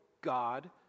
God